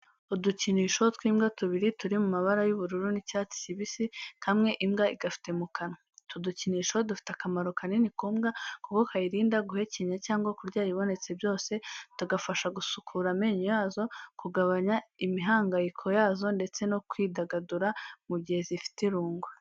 Udukinisho tw'imbwa tubiri turi mu mabara y'ubururu n'icyatsi kibisi, kamwe imbwa igafite mu kanwa. Utu dukinisho dufite akamaro kanini ku mbwa kuko kayirinda guhekenya cyangwa kurya ibibonetse byose, tugafasha gusukura amenyo yazo, kugabanya imihangayiko yazo ndetse no kwidagadura mu gihe zifite irungu.